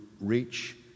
reach